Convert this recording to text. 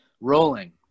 rolling